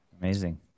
Amazing